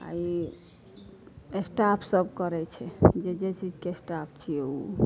आ ई स्टाफ सब करय छै जे जे चीजके स्टाफ छियै ओ